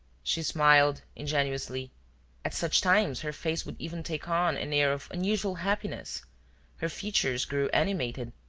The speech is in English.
she smiled ingenuously at such times her face would even take on an air of unusual happiness her features grew animated,